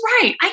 right